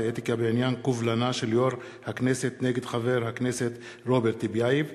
האתיקה בעניין קובלנה של יושב-ראש הכנסת נגד חבר הכנסת רוברט טיבייב.